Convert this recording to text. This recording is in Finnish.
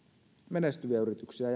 menestyviä yrityksiä